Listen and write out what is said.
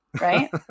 Right